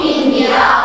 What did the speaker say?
India